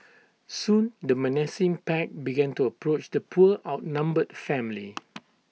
soon the menacing pack began to approach the poor outnumbered family